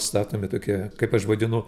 statomi tokie kaip aš vadinu